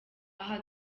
aha